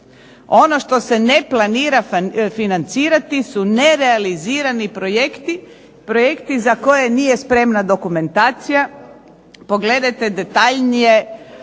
Ono što se ne planira financirati su nerealizirani projekti, projekti za koje nije spremna dokumentacija, pogledajte detaljnije